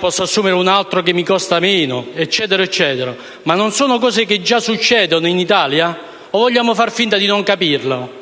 «posso assumere un altro che mi costa meno», e così via. Ma non sono cose che già succedono in Italia? O vogliamo far finta di non capire?